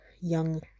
young